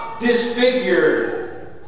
Disfigured